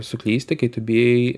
suklysti kai tu bijai